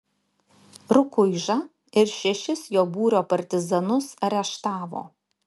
rukuižą ir šešis jo būrio partizanus areštavo